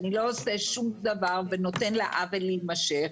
אני לא עושה שום דבר ונותן לעוול להימשך,